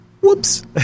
Whoops